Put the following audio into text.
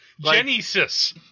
Genesis